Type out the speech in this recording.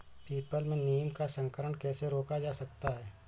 People में नीम का संकरण कैसे रोका जा सकता है?